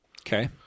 Okay